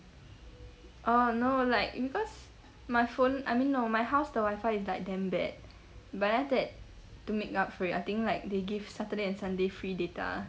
orh no like because my phone I mean no my house the wifi is like damn bad but after that to make up for it I think like they give saturday and sunday free data